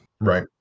Right